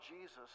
Jesus